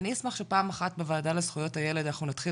אני אשמח שפעם אחת בוועדה לזכויות הילד אנחנו נתחיל